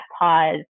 pause